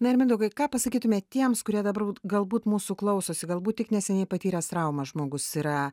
na ir mindaugai ką pasakytumėt tiems kurie dabar galbūt mūsų klausosi galbūt tik neseniai patyręs traumą žmogus yra